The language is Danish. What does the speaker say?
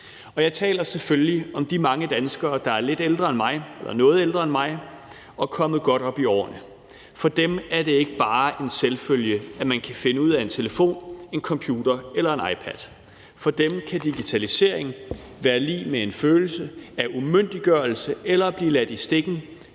Jeg taler selvfølgelig om de mange danskere, der er lidt ældre end mig eller noget ældre end mig og er kommet godt op i årene. For dem er det ikke bare en selvfølge, at man kan finde ud af en telefon, en computer eller en iPad. For dem kan digitalisering være lig med en følelse af umyndiggørelse eller at blive ladt i stikken,